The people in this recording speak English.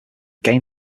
gain